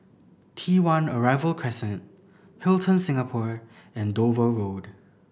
T One Arrival Crescent Hilton Singapore and Dover Road